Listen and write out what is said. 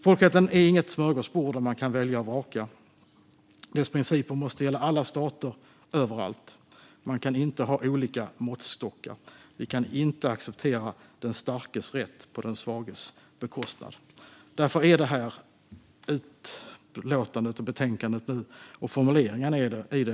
Folkrätten är inget smörgåsbord där man kan välja och vraka. Dess principer måste gälla alla stater, överallt. Man kan inte ha olika måttstockar. Vi kan inte acceptera den starkes rätt på den svages bekostnad. Därför är formuleringarna i detta betänkande mycket anmärkningsvärda.